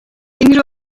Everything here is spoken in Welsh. unrhyw